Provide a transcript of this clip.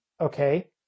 okay